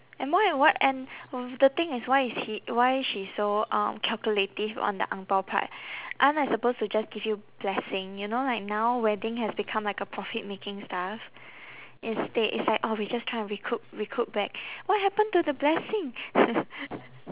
and more and what and of the thing is why is he why she so um calculative on the ang bao part aren't I supposed to just give you blessing you know like now wedding has become like a profit making stuff instead it's like oh we just trying to recoup recoup back what happened to the blessing